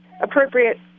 appropriate